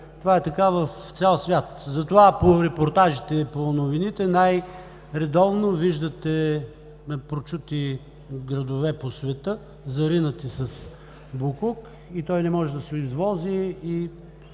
това е така в цял свят. Затова по репортажите, по новините най-редовно виждате прочути градове по света, заринати с боклук, той не може да се извози,